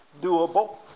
doable